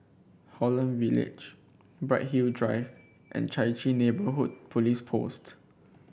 Holland Village Bright Hill Drive and Chai Chee Neighbourhood Police Post